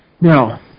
Now